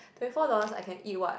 twenty four dollars I can eat what